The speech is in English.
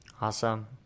awesome